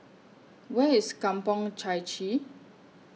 Where IS Kampong Chai Chee